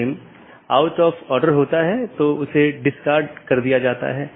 IGP IBGP AS के भीतर कहीं भी स्थित हो सकते है